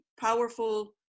powerful